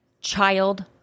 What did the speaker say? child